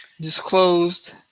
disclosed